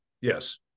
Yes